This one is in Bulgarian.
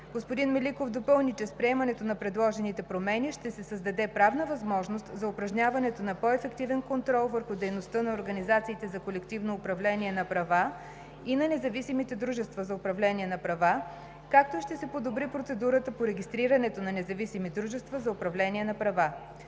Господин Меликов допълни, че с приемането на предложените промени ще се създаде правна възможност за упражняването на по ефективен контрол върху дейността на организациите за колективно управление на права и на независимите дружества за управление на права, както и ще се подобри процедурата по регистрирането на независими дружества за управление на права.